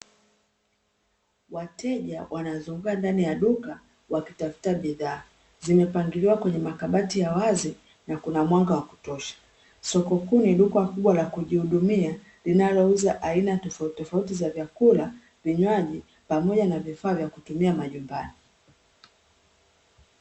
Wateja wanazunguka ndani ya duka wakitafuta bidhaa, zilizopangiliwa kwenye makabati ya wazi na kuna mwanga wa kutosha. Soko kuu ni duka kubwa la kujihudumia linalouuza aina tofauti tofauti za vyakula, vinywaji pamoja na vifaa vya kutumia majumbani.